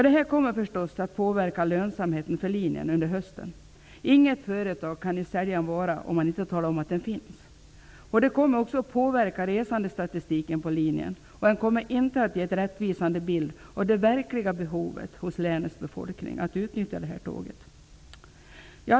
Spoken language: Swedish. Det här kommer förstås att påverka lönsamheten för linjen under hösten. Inget företag kan ju sälja en vara om man inte talar om att den finns. Det kommer också att påverka resandestatistiken på linjen. Den kommer inte att ge en rättvisande bild av det verkliga behovet av det här tåget hos länets befolkning.